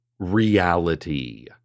Reality